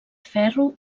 ferro